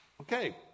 Okay